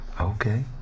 Okay